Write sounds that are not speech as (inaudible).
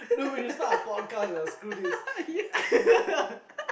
(laughs) yeah